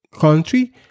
country